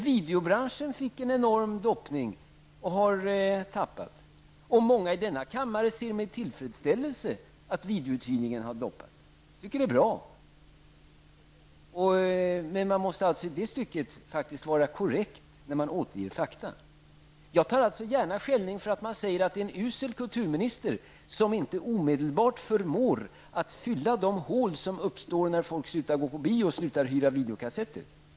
Videobranschen fick emellertid en enorm doppning, och många i denna kammare ser med tillfredsställelse att videouthyrningen har minskat. Men man måste i det stycket vara korrekt när man vill återge fakta. Jag tar gärna emot skällning över att jag är en usel kulturminister som inte omedelbart förmår att fylla de hål som uppstår när folk slutar gå på bio och slutar hyra videokassetter.